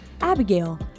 Abigail